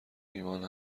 ایمان